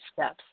steps